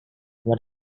what